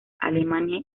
alemania